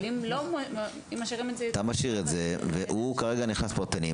אבל אם משאירים את זה --- אתה משאיר את זה והוא יכניס באופן פרטני.